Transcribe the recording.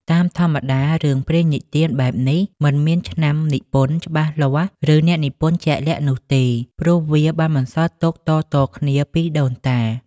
តាមធម្មតា រឿងព្រេងនិទានបែបនេះ មិនមានឆ្នាំនិពន្ធច្បាស់លាស់ ឬអ្នកនិពន្ធជាក់លាក់នោះទេ ព្រោះវាបានបន្សល់ទុកតៗគ្នាពីដូនតា។